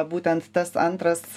būtent tas antras